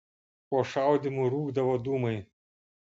po šaudymų rūkdavo dūmai